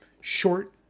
short